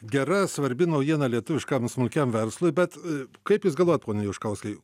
gera svarbi naujiena lietuviškam smulkiam verslui bet kaip jūs galvojat pone juškauskai